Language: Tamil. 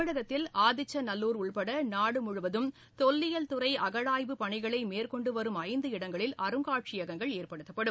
தமிழகத்தில் ஆதிச்சநல்லூர் உட்பட நாடு முழுவதும் தொல்லியல் துறை அகழாய்வுப் பணிகளை மேற்கொண்டு வரும் ஐந்து இடங்களில் அருங்காட்சியகங்கள் ஏற்படுத்தப்படும்